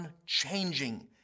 unchanging